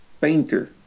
painter